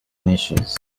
measures